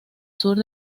sur